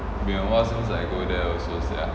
been awhile since I go there also sia